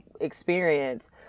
experience